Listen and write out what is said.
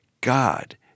God